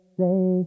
say